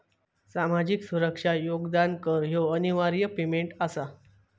सामाजिक सुरक्षा योगदान कर ह्यो अनिवार्य पेमेंट आसा